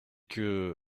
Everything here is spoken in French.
que